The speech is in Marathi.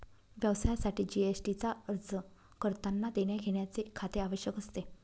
व्यवसायासाठी जी.एस.टी चा अर्ज करतांना देण्याघेण्याचे खाते आवश्यक असते